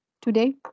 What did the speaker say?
today